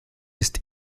ist